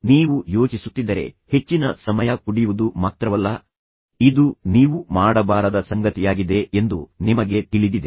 ನೀವು ಯೋಚಿಸುತ್ತಿದ್ದರೆ ಹೆಚ್ಚಿನ ಸಮಯ ಕುಡಿಯುವುದು ಮಾತ್ರವಲ್ಲ ಇದು ನೀವು ಮಾಡಬಾರದ ಸಂಗತಿಯಾಗಿದೆ ಮತ್ತು ಇದು ಕೆಟ್ಟ ಆಲೋಚನೆ ಎಂದು ನಿಮಗೆ ತಿಳಿದಿದೆ